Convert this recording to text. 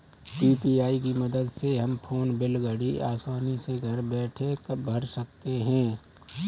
UPI की मदद से हम फ़ोन बिल बड़ी आसानी से घर बैठे भर सकते हैं